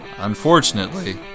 unfortunately